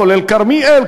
כולל כרמיאל,